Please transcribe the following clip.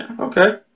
okay